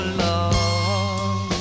love